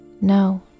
No